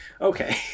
okay